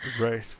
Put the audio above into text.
Right